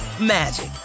magic